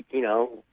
you know,